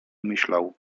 myślał